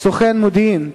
סוכן מודיעין,